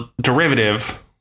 derivative